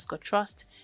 Trust